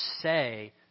say